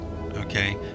okay